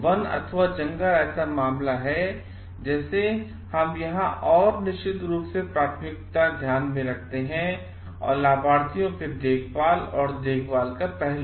one अथवा जंगल ऐसा मामला है जैसे हम यहां और निश्चित रूप से प्राथमिक ध्यान में रखते हैं और लाभार्थियों के लिए देखभाल और देखभाल का पहलू